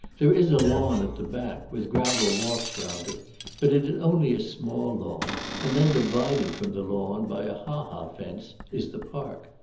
there is a lawn, at the back, with gravel walks round it but it is only a small lawn and then divided from the lawn by a ha-ha fence, is the park.